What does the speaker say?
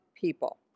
people